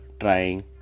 trying